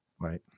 Right